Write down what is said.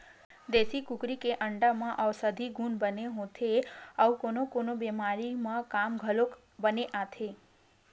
देसी कुकरी के अंडा म अउसधी गुन बने होथे अउ कोनो कोनो बेमारी म काम घलोक बने आथे